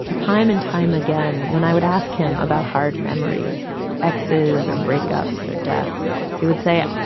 time and time again, when i would ask him about hard memories exes or break-ups or deaths he would say.